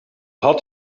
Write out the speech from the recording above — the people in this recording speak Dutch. had